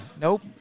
Nope